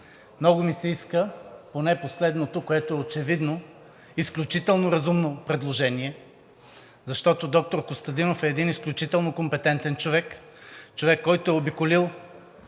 Много ми се иска поне последното, което очевидно е изключително разумно предложение, защото доктор Костадинов е един изключително компетентен човек, който е обиколил